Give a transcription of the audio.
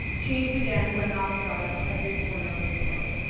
change began when knox brought us every corner of this world.